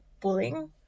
bullying